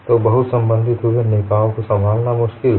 तो बहुसंबंधितहुए निकायों को संभालना मुश्किल है